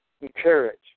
encourage